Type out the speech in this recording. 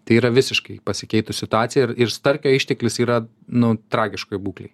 tai yra visiškai pasikeitus situacija ir ir starkio išteklis yra nu tragiškoj būklėj